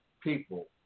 people